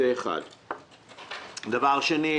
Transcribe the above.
דבר שני,